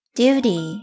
duty